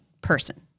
person